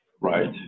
Right